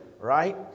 right